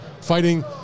fighting